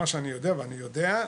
מה שאני יודע ואני יודע,